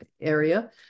area